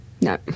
No